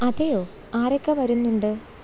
അതെയോ ആരൊക്കെ വരുന്നുണ്ട്